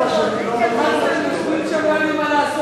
אין מתנגדים, אין נמנעים.